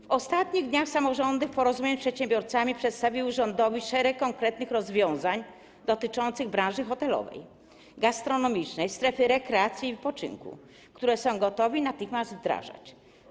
W ostatnich dniach samorządy w porozumieniu z przedsiębiorcami przedstawiły rządowi szereg konkretnych rozwiązań dotyczących branży hotelowej, gastronomicznej, stref rekreacji i wypoczynku, które są gotowe natychmiast wdrażać.